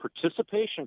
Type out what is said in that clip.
participation